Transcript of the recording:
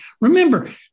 Remember